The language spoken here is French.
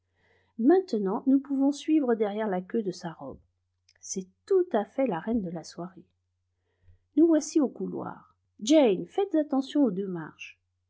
maintenant nous pouvons suivre derrière la queue de sa robe c'est tout à fait la reine de la soirée nous voici au couloir jane faites attention aux deux marches